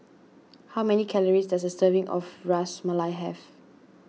how many calories does a serving of Ras Malai have